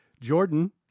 Jordan